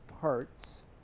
parts